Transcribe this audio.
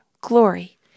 glory